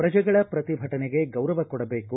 ಪ್ರಜೆಗಳ ಪ್ರತಿಭಟನೆಗೆ ಗೌರವ ಕೊಡಬೇಕು